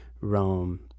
Rome